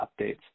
updates